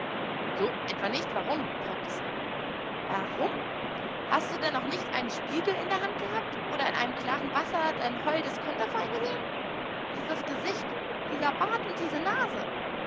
so etwa nicht warum fragte sam warum hast du denn noch nicht einen spiegel in der hand gehabt oder in einem klaren wasser dein holdes konterfei gesehen dieses gesicht dieser bart und diese nase